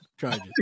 charges